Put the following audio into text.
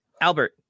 Albert